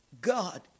God